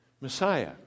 Messiah